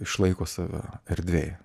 išlaiko save erdvėj